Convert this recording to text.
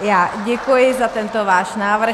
Já děkuji za tento váš návrh.